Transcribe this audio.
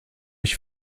ich